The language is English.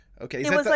Okay